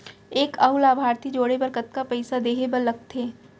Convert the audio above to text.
एक अऊ लाभार्थी जोड़े बर कतका पइसा देहे बर लागथे?